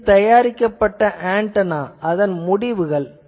இது தயாரிக்கப்பட்ட ஆன்டெனா இவை அதன் முடிவுகள்